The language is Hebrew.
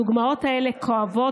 הדוגמאות האלה כואבות,